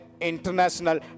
international